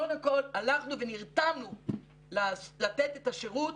קודם כל הלכנו ונרתמנו לתת את השירות